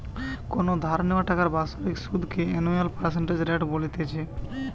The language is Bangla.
কোনো ধার নেওয়া টাকার বাৎসরিক সুধ কে অ্যানুয়াল পার্সেন্টেজ রেট বলতিছে